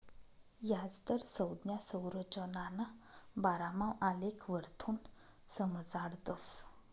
याजदर संज्ञा संरचनाना बारामा आलेखवरथून समजाडतस